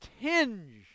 tinge